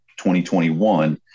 2021